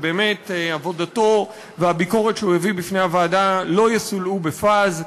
שעבודתו והביקורת שהוא הביא בפני הוועדה לא יסולאו בפז,